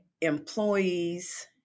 employees